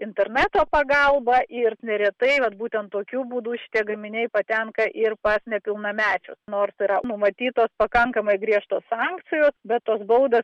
interneto pagalba ir neretai vat būtent tokiu būdu šitie gaminiai patenka ir pas nepilnamečius nors yra numatytos pakankamai griežtos sankcijos bet tos baudos